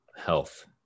health